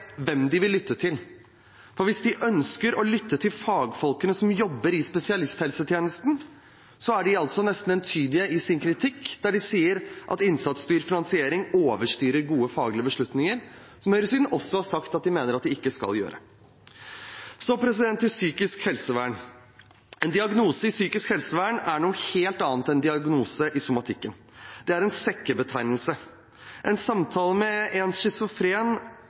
hvem de vil lytte til. For hvis de ønsker å lytte til fagfolkene som jobber i spesialisthelsetjenesten, så er disse altså nesten entydige i sin kritikk der de sier at innsatsstyrt finansiering overstyrer gode faglige beslutninger, som høyresiden også har sagt at de mener at det ikke skal gjøre. Så til psykisk helsevern: En diagnose i psykisk helsevern er noe helt annet enn en diagnose i somatikken. Det er en sekkebetegnelse. En samtale med en